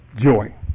joy